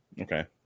Okay